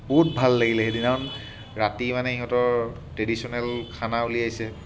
বহুত ভাল লাগিলে সেইদিনাখন ৰাতি মানে সিহঁতৰ ট্ৰেডিশ্যনেল খানা উলিয়াইছে